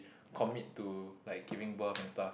commit to like giving birth and stuff